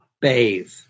bathe